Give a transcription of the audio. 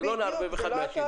אז לא נערבב אחד בשני.